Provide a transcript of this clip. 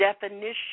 definition